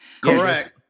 Correct